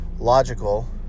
Logical